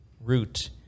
root